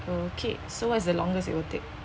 okay so what is the longest it will take